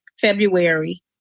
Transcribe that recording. february